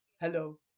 Hello